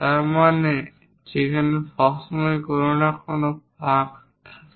তার মানে সেখানে সবসময় কোনো না কোনো ফাঁক থাকে